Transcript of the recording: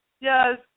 yes